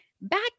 back